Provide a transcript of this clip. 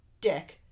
dick